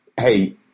hey